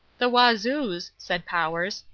the wazoos, said powers,